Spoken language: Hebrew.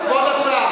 כבוד השר.